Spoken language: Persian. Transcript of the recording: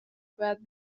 باید